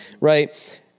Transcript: right